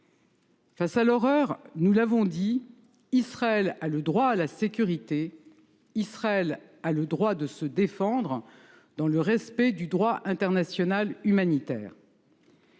face à l’horreur, Israël a le droit à la sécurité. Israël a le droit de se défendre dans le respect du droit international humanitaire.